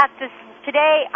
today